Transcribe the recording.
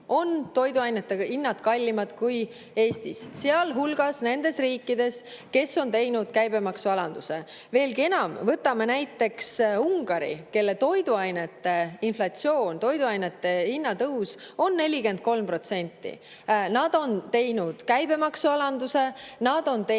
on toiduainete hinnad kallimad kui Eestis, sealhulgas nendes riikides, kes on teinud käibemaksualanduse. Veelgi enam, võtame näiteks Ungari, kelle toiduainete inflatsioon, toiduainete hinnatõus on 43%. Nad on teinud käibemaksualanduse, nad on isegi